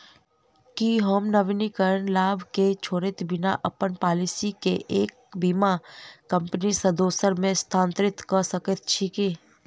की हम नवीनीकरण लाभ केँ छोड़इत बिना अप्पन पॉलिसी केँ एक बीमा कंपनी सँ दोसर मे स्थानांतरित कऽ सकैत छी की?